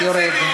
יורד.